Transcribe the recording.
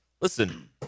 Listen